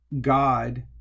God